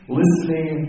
listening